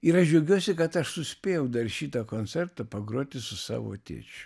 ir aš džiaugiuosi kad aš suspėjau dar šitą koncertą pagroti su savo tėčiu